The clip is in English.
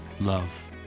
love